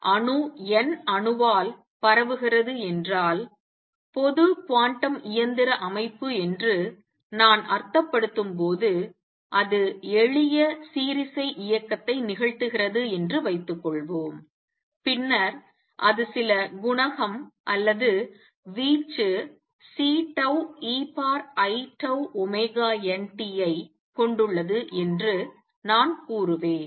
எனவே அணு n அணுவால் பரவுகிறது என்றால் பொது குவாண்டம் இயந்திர அமைப்பு என்று நான் அர்த்தப்படுத்தும்போது அது எளிய சீரிசை இயக்கத்தை நிகழ்த்துகிறது என்று வைத்துக்கொள்வோம் பின்னர் அது சில குணகம் அல்லது வீச்சு Ceiτnt ஐக் கொண்டுள்ளது என்று நான் கூறுவேன்